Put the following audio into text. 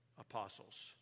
apostles